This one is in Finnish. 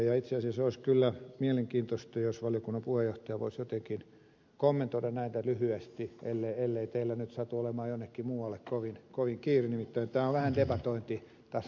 itse asiassa olisi kyllä mielenkiintoista jos valiokunnan puheenjohtaja voisi jotenkin kommentoida näitä lyhyesti ellei teillä nyt satu olemaan jonnekin muualle kovin kiire nimittäin tämä on vähän debatointitasoinen asia